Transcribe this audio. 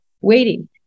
waiting